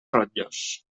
rotllos